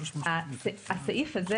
הסעיף הזה